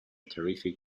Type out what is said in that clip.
terrific